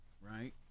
right